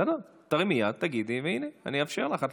בסדר, תרימי יד, תגידי, והינה, אאפשר לך.